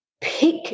pick